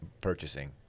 purchasing